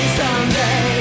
someday